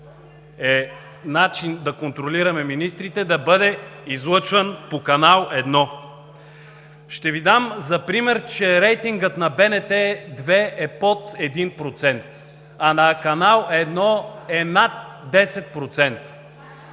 е начин да контролираме министрите, да бъде излъчван по Канал 1. Ще Ви дам за пример, че рейтингът на БНТ 2 е под 1%, а на Канал 1 е над 10%.